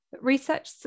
Research